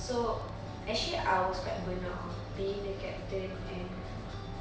so actually I was quite burnt out being the captain and